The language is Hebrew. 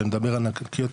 שאני מדבר ענקיות,